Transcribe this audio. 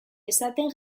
esaten